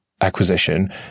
acquisition